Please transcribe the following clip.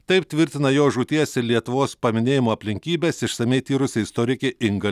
taip tvirtina jo žūties ir lietuvos paminėjimo aplinkybes išsamiai tyrusi istorikė inga